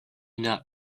not